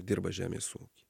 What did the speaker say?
dirba žemės ūky